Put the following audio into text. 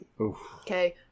Okay